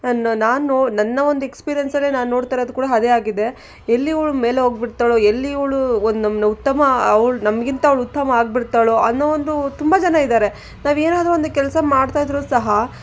ನಾನು ನೋ ನನ್ನ ಒಂದು ಎಕ್ಸ್ಪೀರಿಯನ್ಸಲ್ಲೇ ನಾನು ನೋಡ್ತಾ ಇರೋದು ಕೂಡ ಅದೇ ಆಗಿದೆ ಎಲ್ಲಿ ಇವಳು ಮೇಲೆ ಹೋಗ್ಬಿಡ್ತಾಳೋ ಎಲ್ಲಿ ಇವಳು ಒನ್ ನಮ್ಮ ಉತ್ತಮ ಅವ್ಳು ನಮಗಿಂತ ಅವ್ಳು ಉತ್ತಮ ಆಗ್ಬಿಡ್ತಾಳೋ ಅನ್ನೋ ಒಂದು ತುಂಬ ಜನ ಇದ್ದಾರೆ ನಾವು ಏನಾದರೂ ಒಂದು ಕೆಲಸ ಮಾಡ್ತಾ ಇದ್ದರೂ ಸಹ